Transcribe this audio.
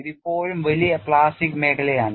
ഇത് ഇപ്പോഴും വലിയ പ്ലാസ്റ്റിക് മേഖലയാണ്